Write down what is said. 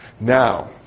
Now